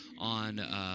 on